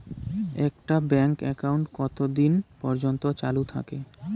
একটা bank account কতদিন পর্যন্ত চালু থাকে?